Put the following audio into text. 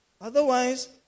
Otherwise